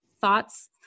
thoughts